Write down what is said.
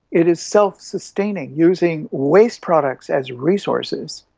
it is self-sustaining using waste products as resources.